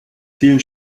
vielen